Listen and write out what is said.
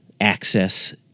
access